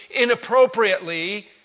inappropriately